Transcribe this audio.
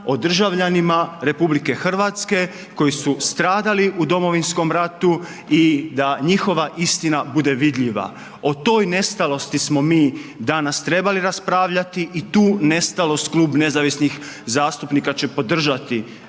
o državljanima RH koji su stradali u Domovinskom ratu i da njihova istina bude vidljiva, o toj nestalosti smo mi danas trebali raspravljati i tu nestalost Klub nezavisnih zastupnika će podržati